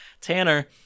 Tanner